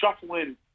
shuffling